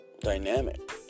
dynamic